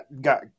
got